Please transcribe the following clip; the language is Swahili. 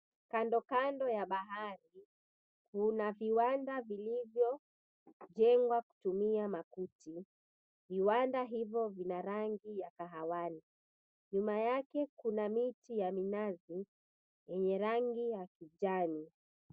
Kandokando ya bahari, kuna viwanda vilivyojengwa kutumia makuti. Viwanda hivyo vina rangi ya kahawani. Nyuma yake Kuna miti ya minazi yenye rangi ya kijani.